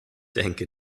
denke